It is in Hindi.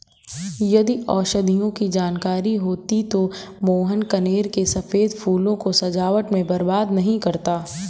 यदि औषधियों की जानकारी होती तो मोहन कनेर के सफेद फूलों को सजावट में बर्बाद नहीं करता